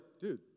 dude